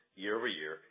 year-over-year